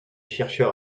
chercheur